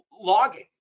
logging